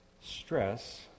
stress